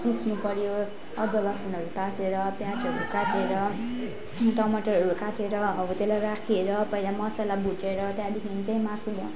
पिस्नु पऱ्यो अदुवा लसुनहरू तासेर प्याजहरू काटेर टमाटरहरू काटेर अब त्यसलाई राखेर पहिला मसाला भुटेर त्देहाँखि चाहिँ मासु